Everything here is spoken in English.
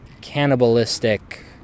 cannibalistic